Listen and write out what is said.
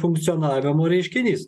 funkcionavimo reiškinys